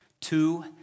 Two